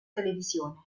televisione